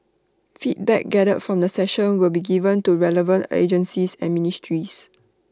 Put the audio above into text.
feedback gathered from the session will be given to relevant agencies and ministries